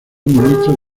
ministro